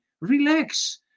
relax